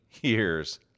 years